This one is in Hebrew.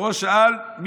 פרעה שאל,